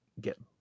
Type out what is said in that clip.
get